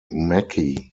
mackey